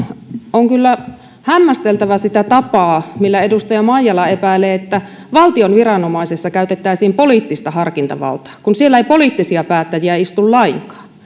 on kyllä hämmästeltävä sitä tapaa millä edustaja maijala epäilee että valtion viranomaisessa käytettäisiin poliittista harkintavaltaa kun siellä ei poliittisia päättäjiä istu lainkaan